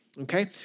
Okay